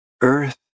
Earth